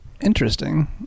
Interesting